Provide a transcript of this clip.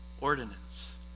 ordinance